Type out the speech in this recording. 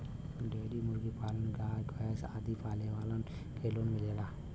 dairy मुर्गी पालन गाय भैस आदि पाले वालन के लोन मिलेला